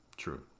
True